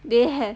they had